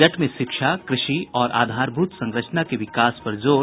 budget में शिक्षा कृषि और आधारभूत संरचना के विकास पर जोर